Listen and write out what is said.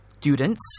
Students